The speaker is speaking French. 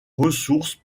ressources